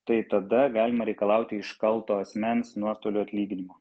tai tada galima reikalauti iš kalto asmens nuostolių atlyginimo